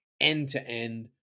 end-to-end